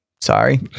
Sorry